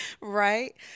Right